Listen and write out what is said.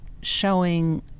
showing